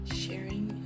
sharing